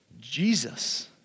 Jesus